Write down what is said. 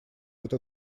это